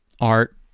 art